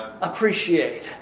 appreciate